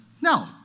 No